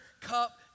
Cup